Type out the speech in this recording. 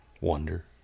Wonder